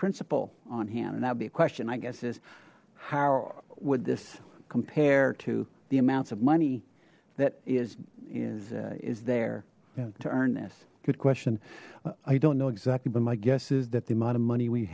principal on hand and that would be a question i guess is how would this compare to the amounts of money that is is is there to earn this good question i don't know exactly but my guess is that the amount of money we